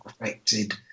affected